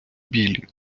білі